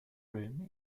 room